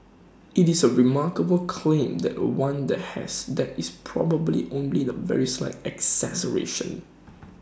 IT is A remarkable claim that one that has that is probably only the very slight exaggeration